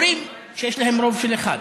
אומרים שיש להם רוב של אחד.